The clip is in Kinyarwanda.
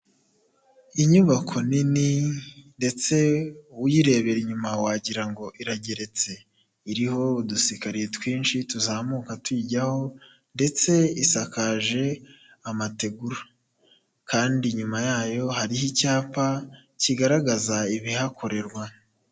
Inyubako nini, ndetse uyirebera inyuma wagira ngo irageretse, iriho udusikariye twinshi tuzamuka tuyijyaho, ndetse isakaje amategura, kandi inyuma yayo hariho icyapa kigaragaza ibihakorerwa.